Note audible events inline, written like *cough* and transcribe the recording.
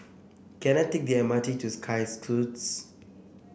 can I take the M R T to Sky *unintelligible*